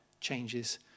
changes